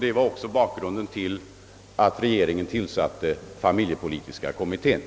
Det var också bakgrunden till att regeringen tillsatte familjepolitiska kommittén.